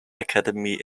academy